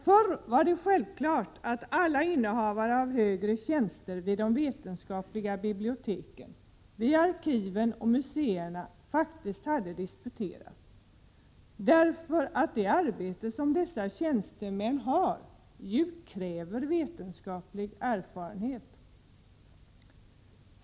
Förr var det självklart att alla innehavare av högre tjänster vid de vetenskapliga biblioteken, arkiven och museerna hade disputerat, eftersom det arbete som dessa tjänstemän har ju kräver vetenskaplig erfarenhet.